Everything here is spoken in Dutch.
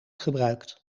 gebruikt